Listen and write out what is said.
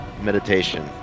meditation